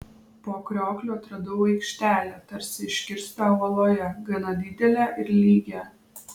po kriokliu atradau aikštelę tarsi iškirstą uoloje gana didelę ir lygią